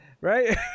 right